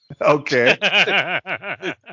okay